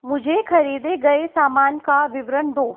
मुझे ख़रीदे गए सामान का विवरण दो